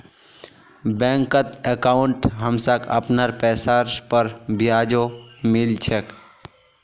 बैंकत अंकाउट हमसाक अपनार पैसार पर ब्याजो मिल छेक